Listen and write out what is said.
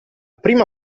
prima